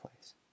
place